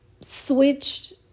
switch